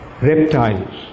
reptiles